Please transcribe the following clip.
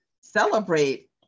celebrate